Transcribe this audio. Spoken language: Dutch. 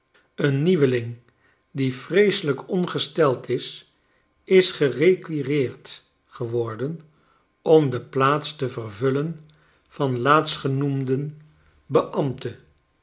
een nieuweling die vreeselijk ongesteld is is gerequireerd geworden om de plaats te vervullen van